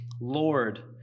Lord